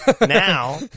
Now